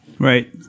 Right